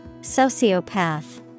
Sociopath